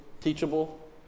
teachable